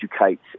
educate